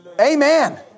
amen